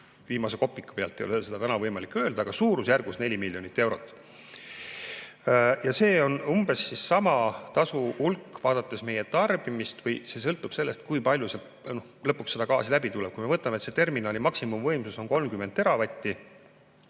viimase kopika täpsusega ei ole võimalik öelda, aga suurusjärgus 4 miljonit eurot. Ja see on umbes sama tasu hulk, vaadates meie tarbimist. See sõltub sellest, kui palju sealt lõpuks gaasi läbi tuleb. Kui me võtame, et terminali maksimumvõimsus on 30 teravatti,